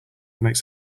makes